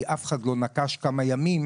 אף אחד לא ניגש לבדוק מה איתם במשך כמה ימים.